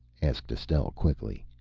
asked estelle quickly.